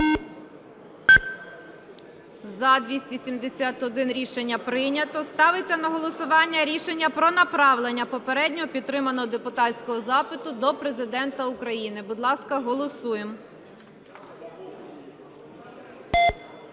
За-271 Рішення прийнято. Ставиться на голосування рішення про направлення попередньо підтриманого депутатського запиту до Президента України. Будь ласка, голосуємо.